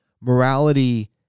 morality